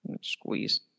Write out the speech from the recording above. Squeeze